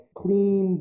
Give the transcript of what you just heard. clean